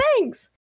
thanks